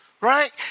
Right